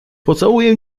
pocałuję